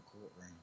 courtroom